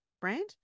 brand